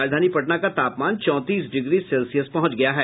राजधानी पटना का तापमान चौंतीस डिग्री सेल्सियस पहुंच गया है